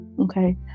okay